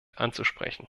anzusprechen